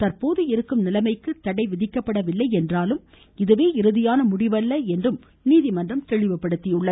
தற்போது இருக்கும் நிலைமைக்கு தடை விதிக்கப்படவில்லை என்றாலும் இதுவே இறுதியான முடிவல்ல என்றும் நீதிமன்றம் தெளிவுபடுத்தியுள்ளது